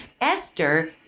Esther